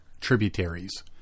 tributaries